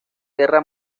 guerra